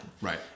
right